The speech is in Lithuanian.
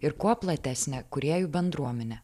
ir kuo platesnę kūrėjų bendruomenę